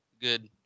good